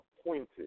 appointed